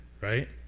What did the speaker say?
right